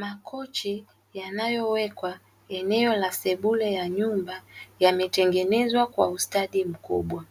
Makochi yanayowekwa eneo la sebule ya nyumba yametengenezwa kwa ustadi mkubwa,